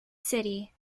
city